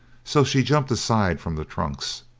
so she jumped aside from the trunks.